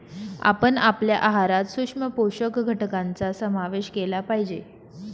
आपण आपल्या आहारात सूक्ष्म पोषक घटकांचा समावेश केला पाहिजे